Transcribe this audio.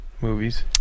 movies